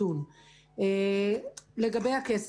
לגבי הכסף.